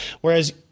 Whereas